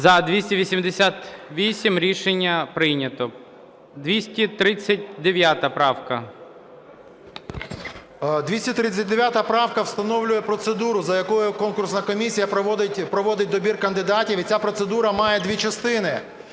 За-288 Рішення прийнято. 239 правка. 14:08:49 ВЛАСЕНКО С.В. 239 правка встановлює процедуру, за якою конкурсна комісія проводить добір кандидатів, і ця процедура має дві частини.